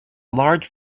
large